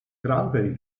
cranberry